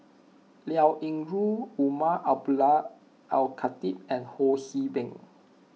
Liao Yingru Umar Abdullah Al Khatib and Ho See Beng